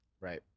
Right